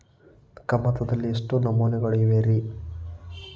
ಕಮತದಲ್ಲಿ ಎಷ್ಟು ನಮೂನೆಗಳಿವೆ ರಿ?